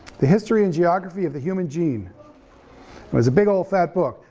the history and geography of the human gene, it was a big old fat book,